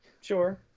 Sure